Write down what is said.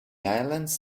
islands